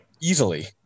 easily